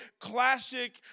classic